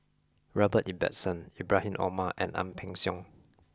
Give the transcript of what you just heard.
Robert Ibbetson Ibrahim Omar and Ang Peng Siong